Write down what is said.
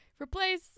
replace